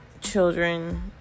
children